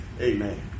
Amen